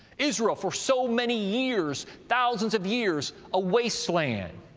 israel for so many years, thousands of years, a wasteland,